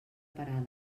parada